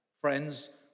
Friends